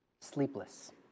sleepless